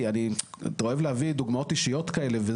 אני אוהב להביא דוגמאות אישיות כאלה,